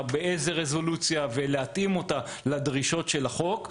המצלמות לדרישות של החוק,